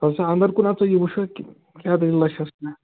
تلہٕ سٲ أنٛدر کُن اَژھو یہِ وُچھو کہِ کیٛاہ دٔلیٖلاہ چھَس نا